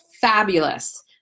fabulous